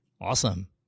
Awesome